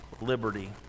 liberty